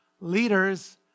leaders